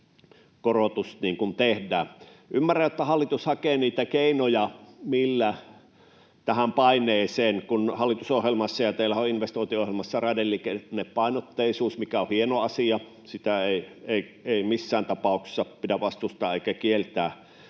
korotus tehdään. Ymmärrän, että hallitus hakee niitä keinoja, millä vastataan tähän paineeseen, kun hallitusohjelmassa ja teillä investointiohjelmassa on raideliikennepainotteisuus — mikä on hieno asia, sitä ei missään tapauksessa pidä vastustaa eikä kieltää,